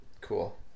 Cool